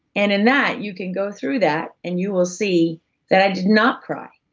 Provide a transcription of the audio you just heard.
and in that, you can go through that and you will see that i did not cry.